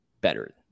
better